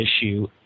issue